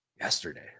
yesterday